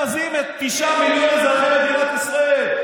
מבזים את תשעת מיליון אזרחי מדינת ישראל.